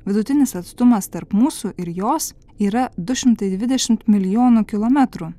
vidutinis atstumas tarp mūsų ir jos yra du šimtai dvidešimt milijonų kilometrų